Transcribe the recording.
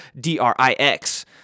D-R-I-X